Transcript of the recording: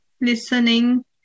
listening